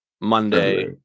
Monday